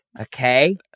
okay